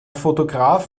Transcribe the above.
fotograf